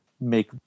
make